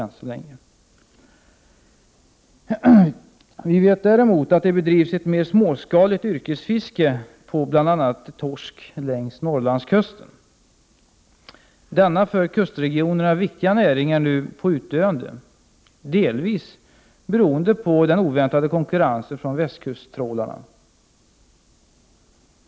Däremot vet vi att det bedrivs ett mer småskaligt yrkesfiske av bl.a. torsk längs Norrlandskusten. Denna för kustregionerna viktiga näring är nu på utdöende, delvis beroende på den oväntade konkurrensen från västkusttrålarna.